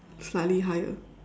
slightly higher